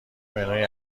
منوی